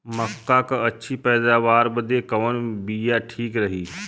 मक्का क अच्छी पैदावार बदे कवन बिया ठीक रही?